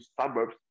suburbs